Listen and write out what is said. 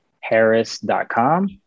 harris.com